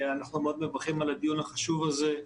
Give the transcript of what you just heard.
אנחנו מאוד מברכים על הדיון החשוב הזה.